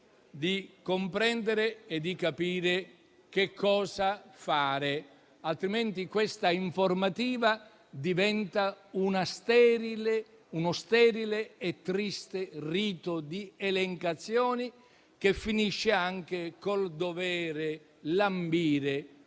di comprendere e di capire che cosa fare, altrimenti questa informativa diventa uno sterile e triste rito di elencazioni, che finisce anche con il dovere lambire